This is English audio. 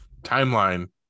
timeline